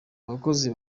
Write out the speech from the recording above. abakozi